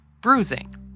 bruising